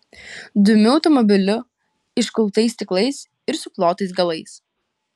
dumiu automobiliu iškultais stiklais ir suplotais galais